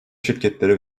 şirketlere